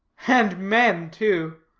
and men, too.